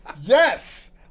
Yes